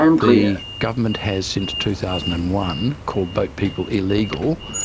the government has since two thousand and one called boat people illegal,